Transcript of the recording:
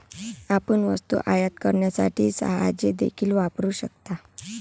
आपण वस्तू आयात करण्यासाठी जहाजे देखील वापरू शकता